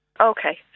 Okay